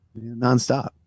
nonstop